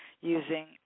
using